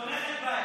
את תומכת בה.